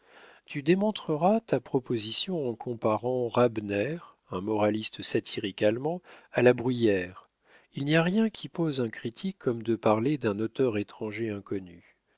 tu démontreras ta proposition en comparant rabener un moraliste satirique allemand à la bruyère il n'y a rien qui pose un critique comme de parler d'un auteur étranger inconnu